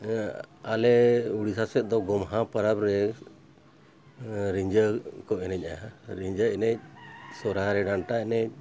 ᱟᱞᱮ ᱩᱲᱤᱥᱥᱟ ᱥᱮᱫ ᱫᱚ ᱜᱚᱢᱦᱟ ᱯᱚᱨᱚᱵᱽ ᱨᱮ ᱨᱤᱡᱷᱟᱹ ᱠᱚ ᱮᱱᱮᱡᱼᱟ ᱨᱤᱸᱡᱷᱟᱹ ᱮᱱᱮᱡ ᱥᱚᱦᱨᱟᱭ ᱨᱮ ᱰᱟᱱᱴᱟ ᱮᱱᱮᱡ